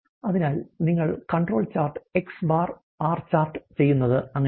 അതിനാൽ നിങ്ങൾ CONTROL chart X̄ R chart ചെയ്യുന്നത് അങ്ങനെയാണ്